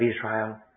Israel